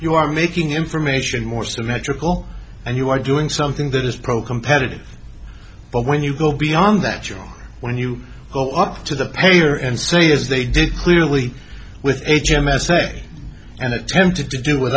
you are making information more symmetrical and you are doing something that is pro competitive but when you go beyond that you will when you go up to the paper and say as they did clearly with h m s say and attempted to do with